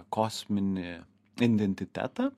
kosminį identitetą